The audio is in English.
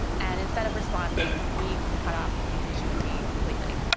and and instead of responding he cut off communication with me completely,